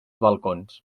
balcons